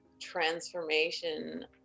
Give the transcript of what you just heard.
transformation